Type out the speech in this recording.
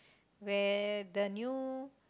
where the new